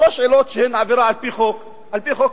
שלוש עילות שהן עבירה על-פי חוק העונשין.